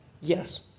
Yes